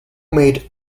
made